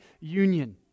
union